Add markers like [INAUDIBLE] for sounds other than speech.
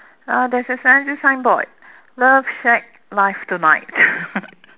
uh there's a sign~ signboard love shack live tonight [LAUGHS]